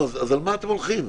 על מה אתם הולכים?